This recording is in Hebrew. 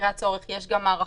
הצורך יש גם הארכות.